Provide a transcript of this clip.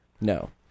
No